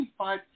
25